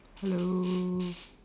hello